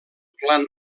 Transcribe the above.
clan